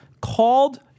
called